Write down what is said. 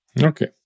Okay